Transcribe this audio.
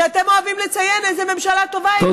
שאתם אוהבים לציין איזו ממשלה טובה היא,